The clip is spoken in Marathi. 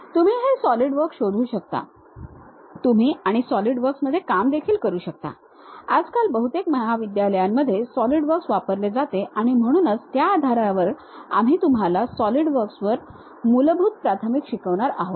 तुम्ही हे सॉलिडवर्क्स शोधू शकता तुम्ही आणि सॉलिडवर्क्स मध्ये काम देखील करू शकता आजकाल बहुतेक महाविद्यालयांमध्ये सॉलिडवर्क्स वापरले जाते आणि म्हणूनच त्या आधारावर आम्ही तुम्हाला सॉलिडवर्क्सवर मूलभूत प्राथमिक शिकवणार आहोत